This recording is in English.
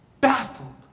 baffled